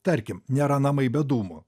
tarkim nėra namai be dūmų